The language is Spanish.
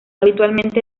habitualmente